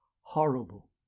horrible